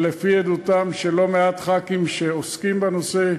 לפי עדותם של לא-מעט חברי כנסת שעוסקים בנושא,